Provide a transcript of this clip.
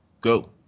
go